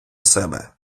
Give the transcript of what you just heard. себе